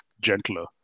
gentler